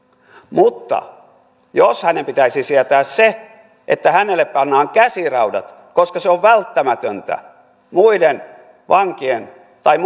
mutta jos hänen pitäisi sietää se että hänelle pannaan käsiraudat koska se on välttämätöntä muiden vankien tai